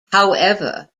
however